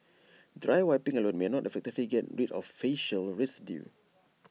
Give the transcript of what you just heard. dry wiping alone may not effectively get rid of faecal residue